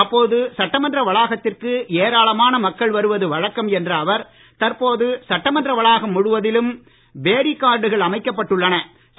அப்போது சட்டமன்ற வளாகத்திற்கு ஏராளமான மக்கள் வருவது வழக்கம் என்ற அவர் தற்போது சட்டமன்ற வளாகம் முழுவதிலும் பேரிகார்டுகள் எனும் தடுப்புத் தகடுகள் அமைக்கப்பட்டு உள்ளன